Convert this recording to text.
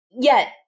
yet-